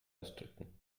ausdrücken